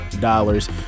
dollars